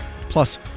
Plus